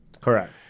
Correct